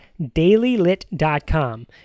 dailylit.com